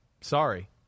Sorry